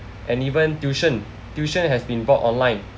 and even tuition tuition has been brought online